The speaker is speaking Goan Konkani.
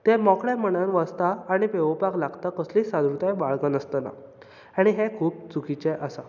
ते मोकळ्या मनान वता आनी पेंवोवपाक लागता कसलीच सादुरताय बाळगीनासतना आनी हें खूब चुकिचें आसा